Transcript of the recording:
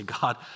God